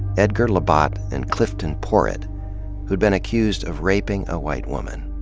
edgar labat and clifton poret, who'd been accused of raping a white woman.